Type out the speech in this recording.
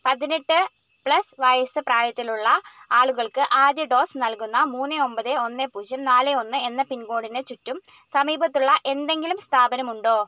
പതിനെട്ട് പ്ലസ് വയസ്സ് പ്രായത്തിലുള്ള ആളുകൾക്ക് ആദ്യ ഡോസ് നൽകുന്ന മൂന് ഒൻപതേ ഒന്ന് പൂജ്യം നാല് ഒന്ന് എന്ന പിൻകോഡിന് ചുറ്റും സമീപത്തുള്ള എന്തെങ്കിലും സ്ഥാപനമുണ്ടോ